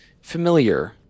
familiar